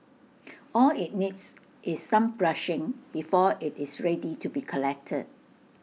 all IT needs is some brushing before IT is ready to be collected